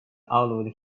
allowed